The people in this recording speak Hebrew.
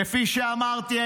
כפי שאמרתי,